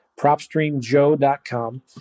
propstreamjoe.com